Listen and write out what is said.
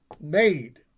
made